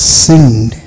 sinned